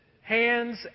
hands